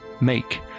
Make